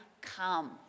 come